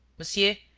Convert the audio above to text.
monsieur,